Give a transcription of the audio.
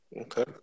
Okay